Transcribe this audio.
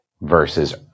versus